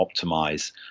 optimize